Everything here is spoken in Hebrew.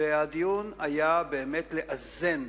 והדיון היה באמת לאזן